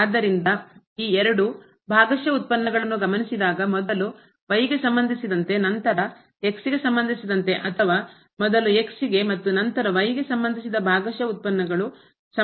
ಆದ್ದರಿಂದ ಈ ಎರಡು ಭಾಗಶಃ ಉತ್ಪನ್ನಗಳನ್ನು ಗಮನಿಸಿದಾಗ ಮೊದಲು y ಗೆ ಸಂಬಂಧಿಸಿದಂತೆ ನಂತರ ಗೆ ಸಂಬಂಧಿಸಿದಂತೆ ಅಥವಾ ಮೊದಲು ಗೆ ಮತ್ತು ನಂತರ y ಗೆ ಸಂಬಂಧಿಸಿದ ಭಾಗಶಃ ಉತ್ಪನ್ನಗಳು ಸಮಾನವಾಗಿರಬೇಕಾಗಿಲ್ಲ